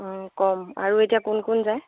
কম আৰু এতিয়া কোন কোন যায়